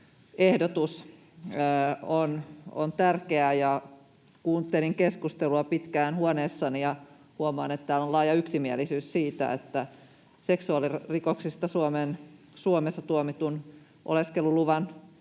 ehdotus on tärkeä. Kuuntelin keskustelua pitkään huoneessani ja huomaan, että täällä on laaja yksimielisyys siitä, että seksuaalirikoksista Suomessa tuomitun oleskeluluvan